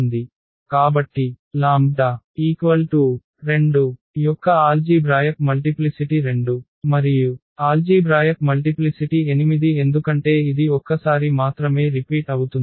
కాబట్టి λ 2 యొక్క algebraic multiplicity 2 మరియు ఆల్జీభ్రాయక్ మల్టిప్లిసిటి 8 ఎందుకంటే ఇది ఒక్కసారి మాత్రమే రిపీట్ అవుతుంది